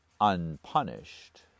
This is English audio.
unpunished